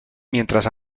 mientras